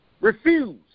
refuse